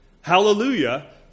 hallelujah